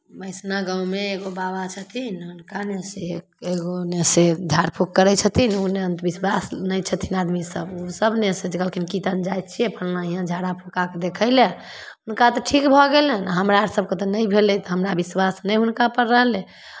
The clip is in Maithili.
मसिना गाँवमे एगो बाबा छथिन हुनका ने से एगो ने से झाड़फूख करै छथिन ओ ने अंधविश्वास नहि छथिन आदमीसभ ओसभ ने से जे ने कहलखिन कीर्तन जाइ छियै फल्लाँ हियाँ झाड़ा फुखा कऽ देखय लए हुनका तऽ ठीक भऽ गेलनि हमरासभके तऽ नहि भेलै तऽ हमरा विश्वास नहि हुनकापर रहलै